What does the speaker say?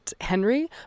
Henry